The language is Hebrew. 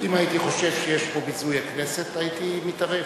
אם הייתי חושב שיש פה ביזוי הכנסת הייתי מתערב.